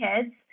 kids